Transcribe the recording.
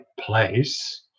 place